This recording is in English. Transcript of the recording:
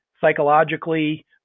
psychologically